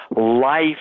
life